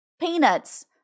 peanuts